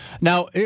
Now